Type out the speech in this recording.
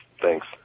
Thanks